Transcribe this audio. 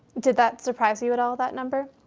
did that surprise you at all, that number?